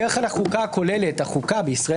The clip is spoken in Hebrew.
בדרך כלל החוקה כוללת החוקה בישראל,